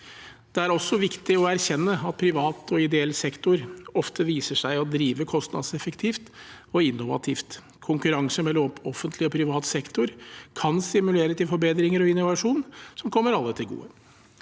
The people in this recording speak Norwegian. Det er også viktig å erkjenne at privat og ideell sektor ofte viser seg å drive kostnadseffektivt og innovativt. Konkurranse mellom offentlig og privat sektor kan stimulere til forbedringer og innovasjon som kommer alle til gode.